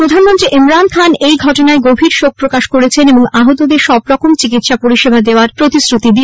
প্রধানমন্ত্রী ইমরান খান এই ঘটনায় গভীর শোক প্রকাশ করেছেন এবং আহতদের সবরকম চিকিৎসা পরিষেবা দেওয়ার নির্দেশ দিয়েছেন